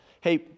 Hey